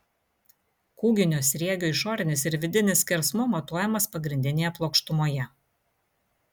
kūginio sriegio išorinis ir vidinis skersmuo matuojamas pagrindinėje plokštumoje